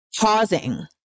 pausing